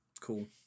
cool